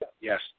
yes